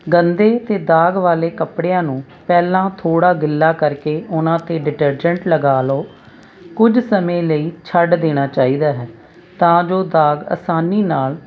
ਗੰਦੇ ਤੇ ਦਾਗ ਵਾਲੇ ਕੱਪੜਿਆਂ ਨੂੰ ਪਹਿਲਾਂ ਥੋੜ੍ਹਾ ਗਿੱਲਾ ਕਰਕੇ ਉਹਨਾਂ 'ਤੇ ਡਿਟਰਜੈਂਟ ਲਗਾ ਲਓ ਕੁਝ ਸਮੇਂ ਲਈ ਛੱਡ ਦੇਣਾ ਚਾਹੀਦਾ ਹੈ ਤਾਂ ਜੋ ਦਾਗ ਆਸਾਨੀ ਨਾਲ